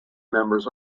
members